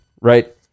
right